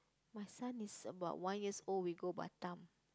my son is about one years old we go Batam